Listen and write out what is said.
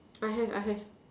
I have I have